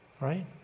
right